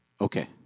Okay